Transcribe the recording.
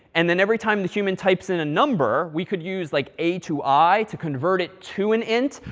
and then every time the human types in a number, we could use, like, a two i to convert it to an int.